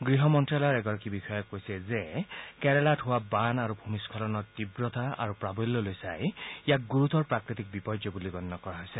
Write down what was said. গৃহ মন্ত্ৰালয়ৰ এগৰাকী বিষয়াই কৈছে যে কেৰালাত হোৱা বান আৰু ভূমিস্খলনৰ তীৱতা আৰু প্ৰাবল্যলৈ চাই ইয়াক গুৰুতৰ প্ৰাকৃতিক বিপৰ্যয় বুলি গণ্য কৰা হৈছে